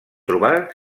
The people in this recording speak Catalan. trobar